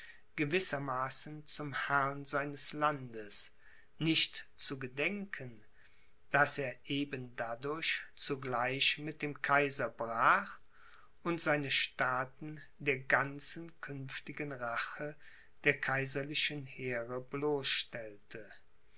gewissermaßen zum herrn seines landes nicht zu gedenken daß er eben dadurch zugleich mit dem kaiser brach und seine staaten der ganzen künftigen rache der kaiserlichen heere